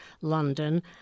London